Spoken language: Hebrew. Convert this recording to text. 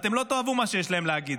אתם לא תאהבו לשמוע מה שיש להם להגיד